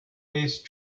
based